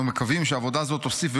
אנו מקווים שעבודה זו תוסיף,